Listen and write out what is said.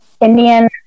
Indian